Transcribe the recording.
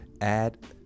add